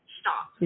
stop